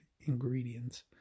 ingredients